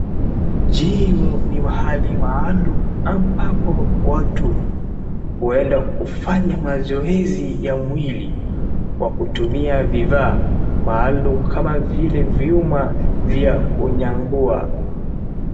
Gimu ni mahali maalum ambapo watu huenda kufanya mazoezi ya mwili kwa kutumia vifaa maalum kama vile vyuma vya kunyangua.